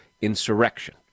insurrection